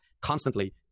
constantly